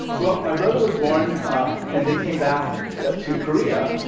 well, my brother was born and they came back to korea,